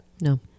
No